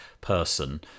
person